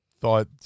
Thought